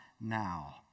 now